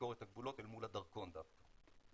בביקורת הגבולות אל מול הדרכון דווקא.